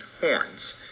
horns